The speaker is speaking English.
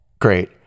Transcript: Great